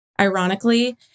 ironically